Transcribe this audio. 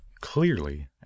Clearly